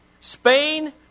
Spain